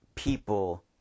people